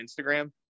instagram